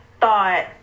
thought